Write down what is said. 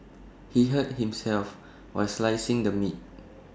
he hurt himself while slicing the meat